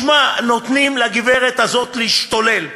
שמע, נותנים לגברת הזאת להשתולל,